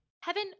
Heaven